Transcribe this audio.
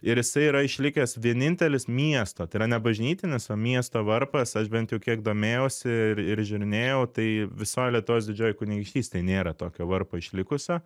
ir jisai yra išlikęs vienintelis miesto tai yra ne bažnytinis o miesto varpas aš bent jau kiek domėjausi ir ir žiūrinėjau tai visoj lietuvos didžiojoj kunigaikštystėj nėra tokio varpo išlikusio